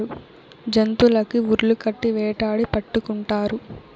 జంతులకి ఉర్లు కట్టి వేటాడి పట్టుకుంటారు